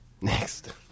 Next